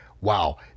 wow